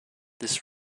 this